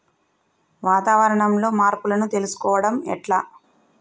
వాతావరణంలో మార్పులను తెలుసుకోవడం ఎట్ల?